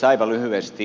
aivan lyhyesti